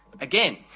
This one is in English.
Again